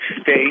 state